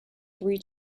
three